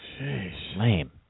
Lame